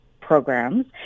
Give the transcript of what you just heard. programs